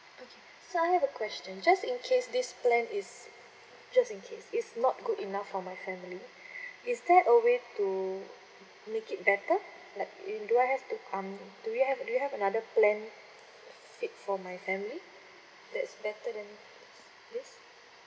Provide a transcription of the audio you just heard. okay so I have a question just in case this plan is just in case is not good enough for my family is there a way to make it better like do I have to um do we have do you have another plan fit for my family that's better than this